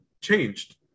changed